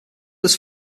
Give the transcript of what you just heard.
was